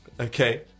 Okay